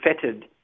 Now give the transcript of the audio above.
fettered